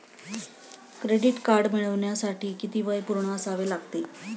Credit card मिळवण्यासाठी किती वय पूर्ण असावे लागते?